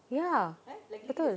ya betul